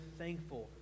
thankful